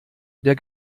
der